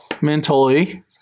mentally